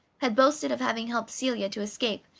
had boasted of having helped celia to escape,